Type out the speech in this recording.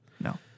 No